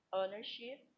ownership